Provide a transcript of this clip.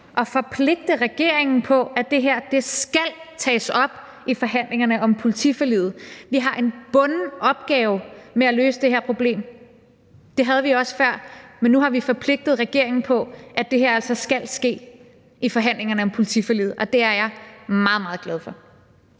at forpligte regeringen til, at det her skal tages op i forhandlingerne om politiforliget. Vi har en bunden opgave med at løse det her problem. Det havde vi også før, men nu har vi forpligtet regeringen til, at det her altså skal ske i forhandlingerne om politiforliget, og det er jeg meget, meget glad for.